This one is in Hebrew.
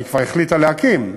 היא כבר החליטה להקים,